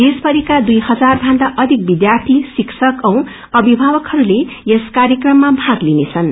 देशभरिका दुई हजारभन्दाअधिक विधर्यी शिक्षक औ अभिभावकहरूले यस कार्यक्रममा भाग लिनेछन्